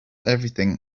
everything